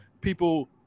people